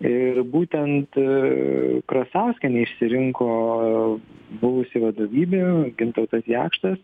ir būtent aaa krasauskienę išsirinko buvusi vadovybė gintautas jakštas